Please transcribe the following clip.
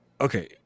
Okay